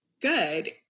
good